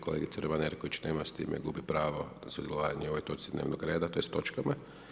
Kolegice Romane Jerković nema, s time gubi pravo na sudjelovanje u ovoj točci dnevnog reda, tj. točkama.